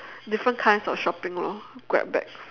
different kinds of shopping lor grab bag